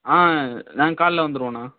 ஆ நாங்கள் காலைல வந்திருவோண்ணா